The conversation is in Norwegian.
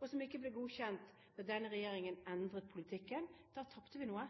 men som ikke ble godkjent. Da denne regjeringen endret politikken, tapte vi noe,